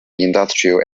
industrial